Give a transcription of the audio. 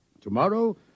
tomorrow